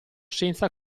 senza